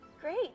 Great